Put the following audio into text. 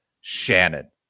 Shannon